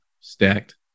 stacked